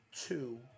two